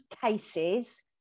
cases